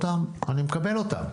אני מקבל אותן.